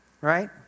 Right